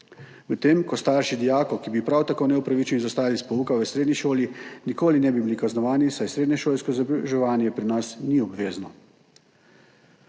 medtem ko starši dijakov, ki bi prav tako neopravičeno izostajali od pouka v srednji šoli, nikoli ne bi bili kaznovani, saj srednješolsko izobraževanje pri nas ni obvezno.